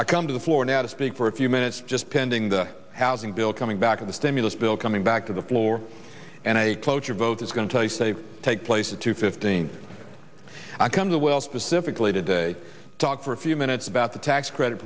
i come to the floor now to speak for a few minutes just pending the housing bill coming back of the stimulus bill coming back to the floor and a cloture vote is going to tell us they take place at two fifteen i come to well specifically today to talk for a few minutes about the tax credit